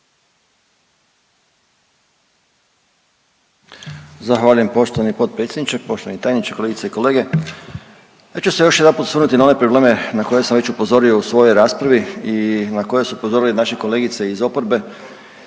Zahvaljujem poštovani potpredsjedniče. Poštovani tajniče, kolegice i kolege. Ja ću se još jedanput osvrnuti na one probleme na kojem sam već upozorio u svojoj raspravi i na koje su upozorili naše kolegice iz oporbe